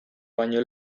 baino